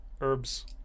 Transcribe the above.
herbs